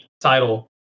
title